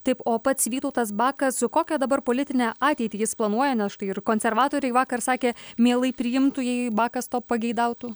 taip o pats vytautas bakas kokia dabar politinę ateitį jis planuoja nes štai ir konservatoriai vakar sakė mielai priimtų jei bakas to pageidautų